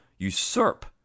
usurp